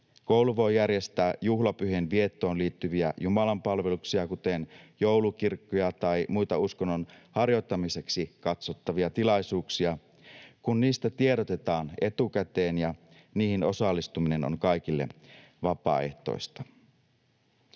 Koulu voi järjestää juhlapyhien viettoon liittyviä jumalanpalveluksia, kuten joulukirkkoja tai muita uskonnon harjoittamiseksi katsottavia tilaisuuksia, kun niistä tiedotetaan etukäteen ja niihin osallistuminen on kaikille vapaaehtoista.